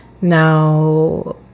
Now